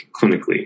clinically